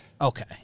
Okay